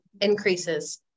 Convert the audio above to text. Increases